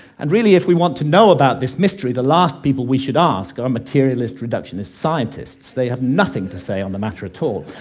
and really, if we want to know about this mystery, the last people we should ask are materialist reductionist scientists they have nothing to say on the matter at all.